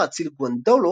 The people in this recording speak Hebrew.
האציל גוונדולו,